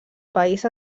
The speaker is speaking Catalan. país